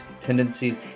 tendencies